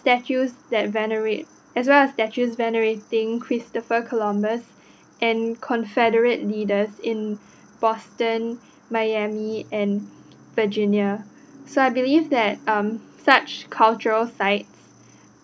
statues that venerate as well as statues venerating Christopher columbus and confederate leaders in Boston Miami and Virginia so I believe that um such cultural sites